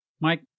Mike